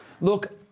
Look